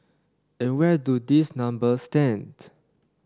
and where do these numbers stand